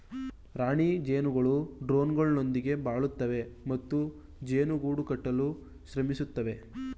ರಾಣಿ ಜೇನುಗಳು ಡ್ರೋನ್ಗಳೊಂದಿಗೆ ಬಾಳುತ್ತವೆ ಮತ್ತು ಜೇನು ಗೂಡು ಕಟ್ಟಲು ಶ್ರಮಿಸುತ್ತವೆ